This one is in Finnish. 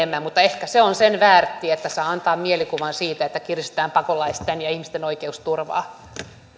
enemmän mutta ehkä se on sen väärtti että saa antaa mielikuvan siitä että kiristetään pakolaisten ja ihmisten oikeusturvaa